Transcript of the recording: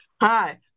Hi